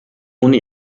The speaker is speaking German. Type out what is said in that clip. ohne